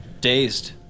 Dazed